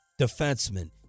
defenseman